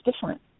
different